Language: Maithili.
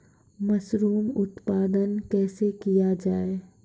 मसरूम उत्पादन कैसे किया जाय?